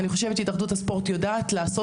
אני חושבת שהתאחדות הספורט יודעת לעשות